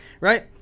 right